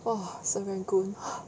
!wah! serangoon